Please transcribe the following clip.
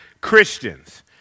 Christians